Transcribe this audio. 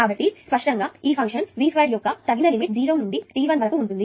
కాబట్టి స్పష్టంగాఈ function V2 యొక్క తగిన లిమిట్ 0 నుండి t1 వరకు ఉంటుంది